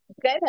Good